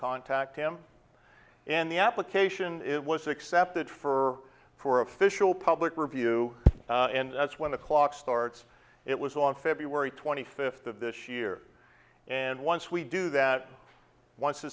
contact him in the application it was accepted for for official public review and that's when the clock starts it was on february twenty fifth of this year and once we do that